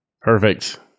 Perfect